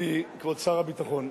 מכובדי כבוד שר הביטחון.